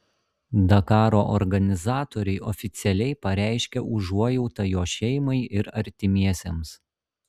dakaro organizatoriai oficialiai pareiškė užuojautą jo šeimai ir artimiesiems